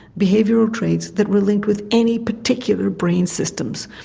behavioural traits that were linked with any particular brain systems.